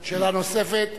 שאלה נוספת,